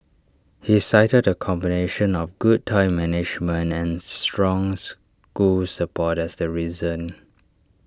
he cited A combination of good time management and strong school support as the reason